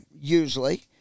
usually